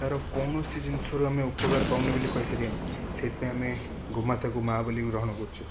ତା'ର କୌଣସି ଜିନିଷରୁ ଆମେ ଉପକାର ପାଉନେ ବୋଲି କହିପାରିବାନି ସେଇଥିପାଇଁ ଆମେ ଗୋମାତାକୁ ମା' ବୋଲି ବି ଗ୍ରହଣ କରୁଛେ